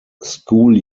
school